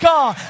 God